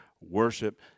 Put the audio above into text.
worship